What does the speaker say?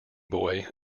boy